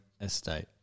Estate